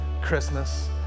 Christmas